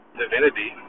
divinity